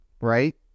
right